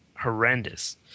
horrendous